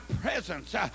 presence